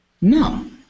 No